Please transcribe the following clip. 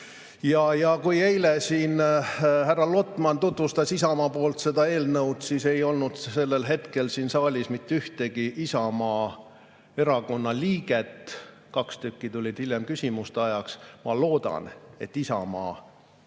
Kui eile siin härra Lotman tutvustas Isamaa poolt seda eelnõu, ei olnud sellel hetkel siin saalis mitte ühtegi Isamaa Erakonna liiget, kaks tükki tulid hiljem küsimuste ajaks. Ma loodan, et Isamaa